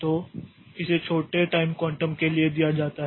तो इसे छोटे टाइम क्वांटम के लिए दिया जाता है